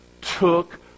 took